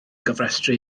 gofrestru